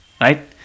Right